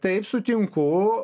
taip sutinku